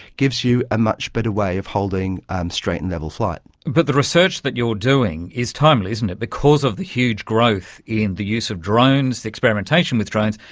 gives you a much better way of holding straight and level flight. but the research that you're doing is timely, isn't it, because of the huge growth in the use of drones, the experimentation with drones,